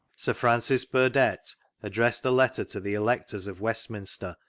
sir francis burdett addressed a letter to the electors of westminster,